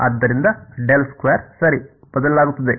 ಆದ್ದರಿಂದ ಸರಿ ಬದಲಾಗುತ್ತದೆ